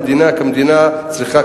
המדינה כמדינה צריכה,